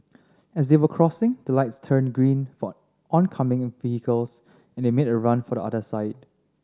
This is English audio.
as they were crossing the lights turned green for oncoming vehicles and they made a run for the other side